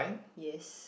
yes